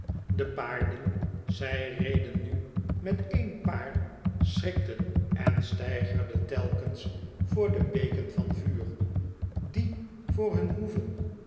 de paarden zij reden nu met een paar schrikten en steigerden telkens voor de beken van vuur die voor hun hoeven